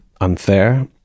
unfair